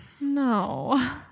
No